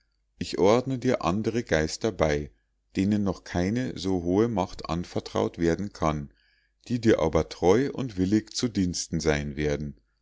ich ordne dir andere geister bei denen noch keine so hohe macht anvertraut werden kann die dir aber treu und willig zu diensten sein werden